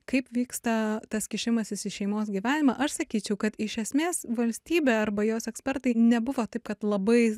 kaip vyksta tas kišimasis į šeimos gyvenimą aš sakyčiau kad iš esmės valstybė arba jos ekspertai nebuvo taip kad labai